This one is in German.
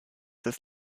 des